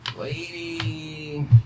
Lady